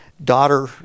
daughter